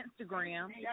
Instagram